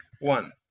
one